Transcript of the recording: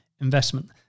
Investment